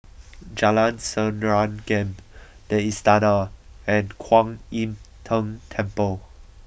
Jalan Serengam the Istana and Kuan Im Tng Temple